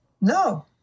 no